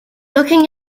looking